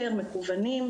מקוונים,